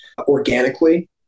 organically